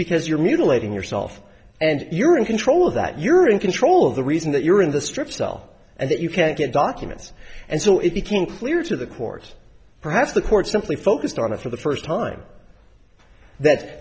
because your mutilating yourself and you're in control of that you're in control of the reason that you're in the strip cell and that you can't get documents and so it became clear to the court perhaps the court simply focused on it for the first time that